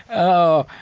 oh,